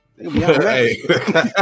Hey